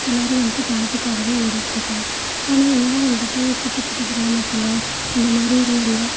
எல்லாரும் வந்துவிட்டு பணத்துக்காவே ஓடிட்டு இருக்காங்க ஆனால் இன்னும் வந்துவிட்டு குட்டி குட்டி கிராமத்தில் இந்தமாதிரி நல்லா